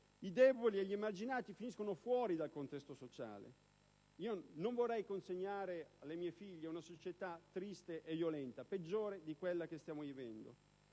i deboli e gli emarginati che finiscono fuori dal contesto sociale. Non vorrei consegnare alle mie figlie una società triste e violenta, peggiore di quella che stiamo vivendo.